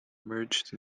merged